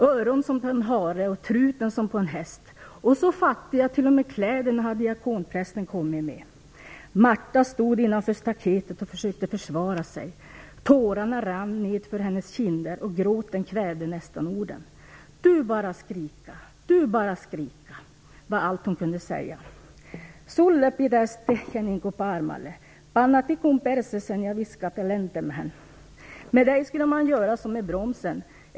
Öron som på en hare och truten som på en häst. Och så fattig att till och med kläderna har diakonprästen kommit med. Marta stod innanför staketet och försökte försvara sig. Tårarna rann nedför hennes kinder och gråten kvävde nästan orden. - Du bara skrika. Du bara skrika, var allt hon kunde säga. Sulle pitäs tehjä niinku paarmale. Panna tikku perssesseen ja viskata lentämhän. Med dig skulle man göra som med bromsen.